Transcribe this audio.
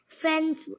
friends